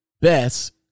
best